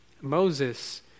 Moses